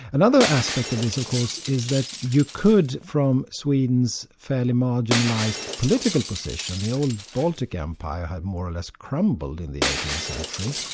another aspect of this of course is that you could from sweden's fairly marginalised political position, the old baltic empire had more or less crumbled in the eighteenth century,